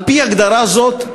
על-פי הגדרה זו,